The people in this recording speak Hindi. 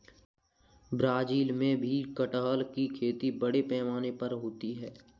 ब्राज़ील में भी कटहल की खेती बड़े पैमाने पर होती है